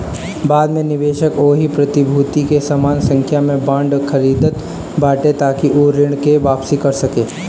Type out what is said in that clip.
बाद में निवेशक ओही प्रतिभूति के समान संख्या में बांड खरीदत बाटे ताकि उ ऋण के वापिस कर सके